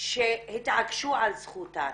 שהתעקשו על זכותן,